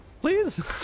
Please